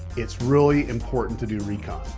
it's really important to do recon.